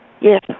Yes